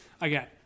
Again